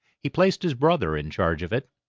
he placed his brother in charge of it,